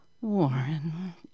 Warren